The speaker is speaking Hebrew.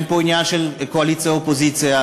אין פה עניין של קואליציה אופוזיציה.